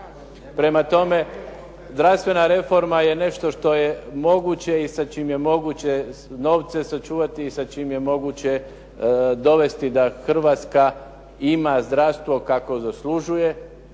Prema tome, zdravstvena reforma je nešto što je moguće i sa čim je moguće novce sačuvati i sa čime je moguće dovesti da Hrvatska ima zdravstvo kakvo zaslužuje